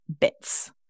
bits